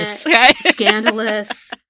scandalous